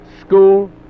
school